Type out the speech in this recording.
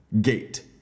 gate